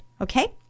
Okay